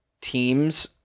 teams